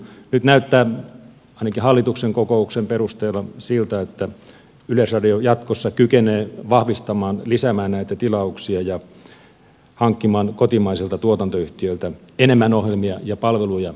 nyt näyttää ainakin hallituksen kokouksen perusteella siltä että yleisradio jatkossa kykenee lisäämään näitä tilauksia ja hankkimaan kotimaisilta tuotantoyhtiöiltä enemmän ohjelmia ja palveluja